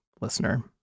listener